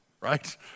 right